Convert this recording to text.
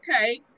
okay